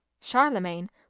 Charlemagne